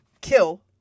kill